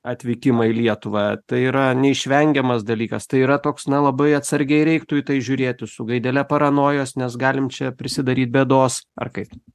atvykimą į lietuvą tai yra neišvengiamas dalykas tai yra toks na labai atsargiai reiktų į tai žiūrėti su gaidele paranojos nes galim čia prisidaryt bėdos ar kaip